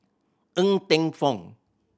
Ng Teng Fong